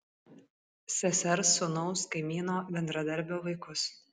sesers sūnaus kaimyno bendradarbio vaikus